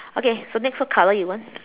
okay so next what color you want